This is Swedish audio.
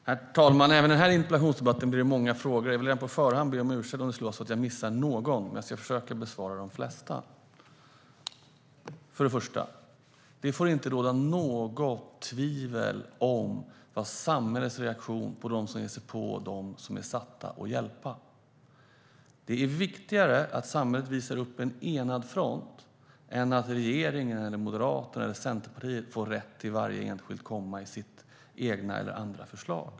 Herr talman! Även i denna interpellationsdebatt blir det många frågor. Jag vill redan på förhand be om ursäkt för om jag missar någon, men jag ska försöka besvara de flesta. Det får inte råda något tvivel om samhällets reaktion på dem som ger sig på dem som är satta att hjälpa. Det är viktigare att samhället visar upp en enad front än att regeringen, Moderaterna eller Centerpartiet får rätt i varje enskilt komma i sina förslag.